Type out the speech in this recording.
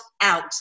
out